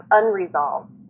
unresolved